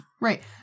Right